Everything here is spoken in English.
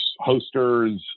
hosters